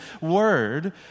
word